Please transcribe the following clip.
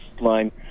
line